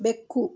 ಬೆಕ್ಕು